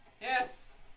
Yes